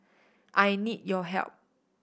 I need your help